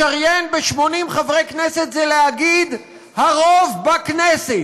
לשריין ב-80 חברי כנסת זה להגיד: הרוב בכנסת,